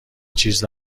چیز